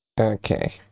Okay